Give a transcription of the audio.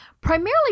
primarily